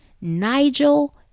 Nigel